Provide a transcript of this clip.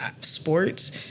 sports